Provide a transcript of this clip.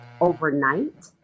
overnight